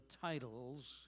titles